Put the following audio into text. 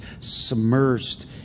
submersed